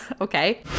okay